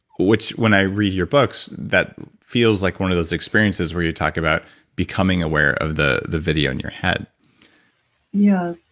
which, when i read your books, that feels like one of those experiences where you talk about becoming aware of the the video on your head yeah.